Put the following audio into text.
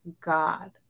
God